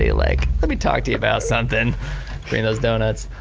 like, let me talk to you about something and those donuts.